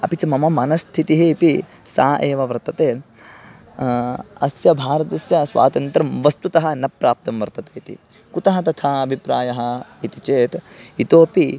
अपि च मम मनस्थितिः अपि सा एव वर्तते अस्य भारतस्य स्वातन्त्र्यं वस्तुतः न प्राप्तं वर्तते इति कुतः तथा अभिप्रायः इति चेत् इतोऽपि